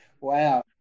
wow